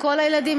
לכל הילדים,